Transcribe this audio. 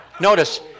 Notice